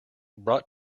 brought